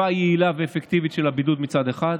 יעילה ואפקטיבית של הבידוד, מצד אחד,